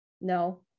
No